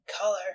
color